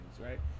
right